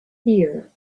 here